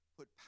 Put